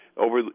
Over